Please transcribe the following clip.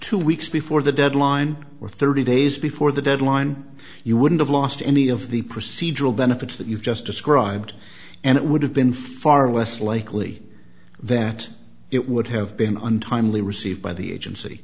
two weeks before the deadline or thirty days before the deadline you wouldn't have lost any of the procedural benefits that you've just described and it would have been far less likely that it would have been untimely received by the agency